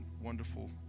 wonderful